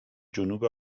جنوب